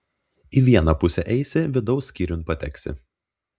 į vieną pusę eisi vidaus skyriun pateksi